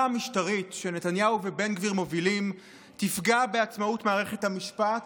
המשטרית שנתניהו ובן גביר מובילים תפגע בעצמאות מערכת המשפט,